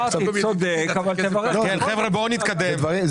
בואו נתקדם.